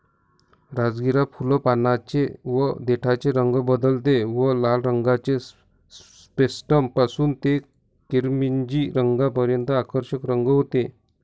राजगिरा फुल, पानांचे व देठाचे रंग बदलते व लाल रंगाचे स्पेक्ट्रम पासून ते किरमिजी रंगापर्यंत आकर्षक रंग होते